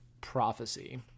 prophecy